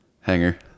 hanger